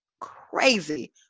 crazy